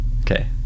Okay